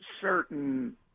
certain